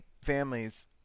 families